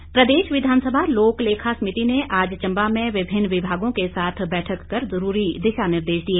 समिति प्रदेश विधानसभा लोक लेखा समिति ने आज चम्बा में विभिन्न विभागों के साथ बैठक कर जरूरी दिशा निर्देश दिए